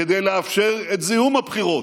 ומונעים כאן מצלמות כדי לאפשר את זיהום הבחירות.